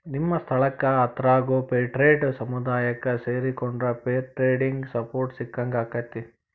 ನಿಮ್ಮ ಸ್ಥಳಕ್ಕ ಹತ್ರಾಗೋ ಫೇರ್ಟ್ರೇಡ್ ಸಮುದಾಯಕ್ಕ ಸೇರಿಕೊಂಡ್ರ ಫೇರ್ ಟ್ರೇಡಿಗೆ ಸಪೋರ್ಟ್ ಸಿಕ್ಕಂಗಾಕ್ಕೆತಿ